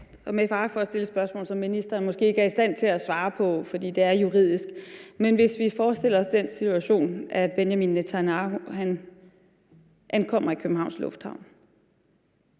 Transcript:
med fare for at stille et spørgsmål, som ministeren måske ikke er i stand til at svare på, fordi det er juridisk. Men hvis vi forestiller os den situation, at Benjamin Netanyahu ankommer til Københavns Lufthavn,